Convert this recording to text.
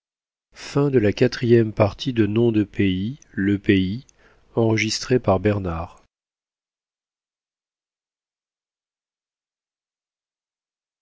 le nom de